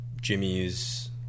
Jimmy's